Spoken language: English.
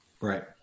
right